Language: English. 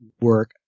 work